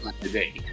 today